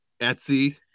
etsy